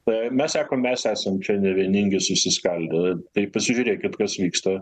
tą ir mes sakom mes esam čia nevieningi susiskaldę tai pažiūrėkit kas vyksta